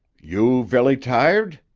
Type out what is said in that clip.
you velly tired?